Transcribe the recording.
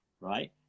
right